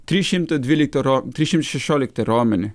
trys šimtai dvyliktą ro tris šim šešioliktą romenį